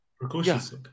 Precocious